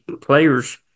players